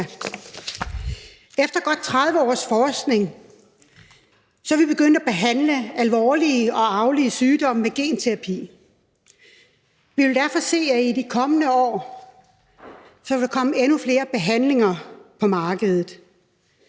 Efter godt 30 års forskning er vi begyndt at behandle alvorlige og arvelige sygdomme med genterapi. Vi vil derfor se, at der i de kommende år der komme endnu flere behandlinger på markedet.